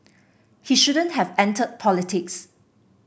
he shouldn't have entered politics